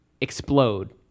explode